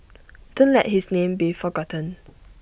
don't let his name be forgotten